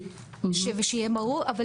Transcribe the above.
שיהיה ברור.